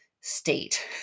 state